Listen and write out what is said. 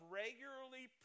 regularly